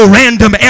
random